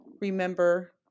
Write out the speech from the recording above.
remember